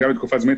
גם לתקופה זמנית,